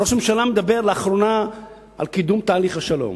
ראש הממשלה מדבר לאחרונה על קידום תהליך השלום.